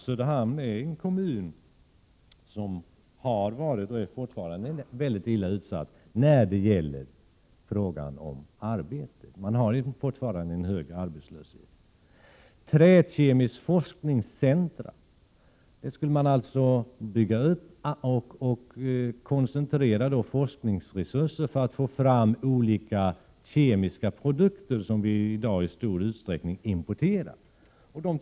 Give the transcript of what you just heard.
Söderhamn är en kommun som har varit — och fortfarande är — väldigt hårt drabbad av en hög arbetslöshet. Man skulle alltså bygga upp ett trä-kemiskt forskningscentra och koncentrera forskningsresurser dit för att därigenom få fram olika kemiska produkter som i dag i stor utsträckning importeras.